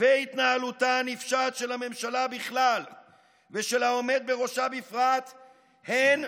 והתנהלותה הנפשעת של הממשלה בכלל ושל העומד בראשה בפרט הן